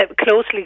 closely